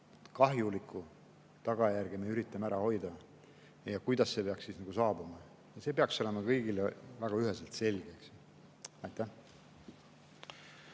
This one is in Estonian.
kahjulikku tagajärge me üritame ära hoida ja kuidas see peaks [õnnestuma]. See peaks olema kõigile väga üheselt selge. Aitäh